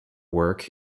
work